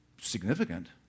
significant